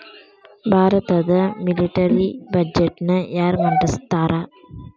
ಭಾರತದ ಮಿಲಿಟರಿ ಬಜೆಟ್ನ ಯಾರ ಮಂಡಿಸ್ತಾರಾ